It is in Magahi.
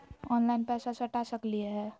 ऑनलाइन पैसा सटा सकलिय है?